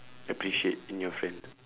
appreciate in your friend